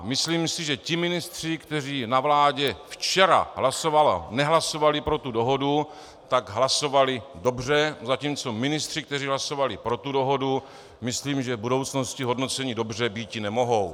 Myslím si, že ti ministři, kteří na vládě včera nehlasovali pro tu dohodu, hlasovali dobře, zatímco ministři, kteří hlasovali pro dohodu, myslím, že v budoucnosti hodnoceni dobře býti nemohou.